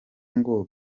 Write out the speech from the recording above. ngo